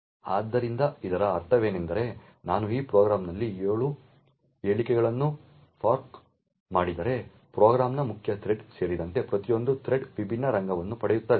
ಆದ್ದರಿಂದ ಇದರ ಅರ್ಥವೇನೆಂದರೆ ನಾನು ಈ ಪ್ರೋಗ್ರಾಂನಲ್ಲಿ 7 ಎಳೆಗಳನ್ನು ಫೋರ್ಕ್ ಮಾಡಿದರೆ ಪ್ರೋಗ್ರಾಂನ ಮುಖ್ಯ ಥ್ರೆಡ್ ಸೇರಿದಂತೆ ಪ್ರತಿಯೊಂದು ಥ್ರೆಡ್ ವಿಭಿನ್ನ ರಂಗವನ್ನು ಪಡೆಯುತ್ತದೆ